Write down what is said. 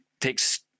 takes